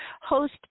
host